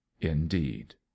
indeed